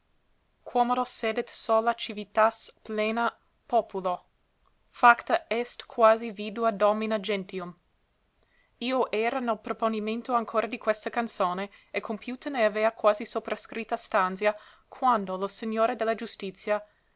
quomodo sedet sola civitas plena populo facta est quasi vidua domina gentium io era nel proponimento ancora di questa canzone e compiuta n'avea questa soprascritta stanzia quando lo signore de la giustizia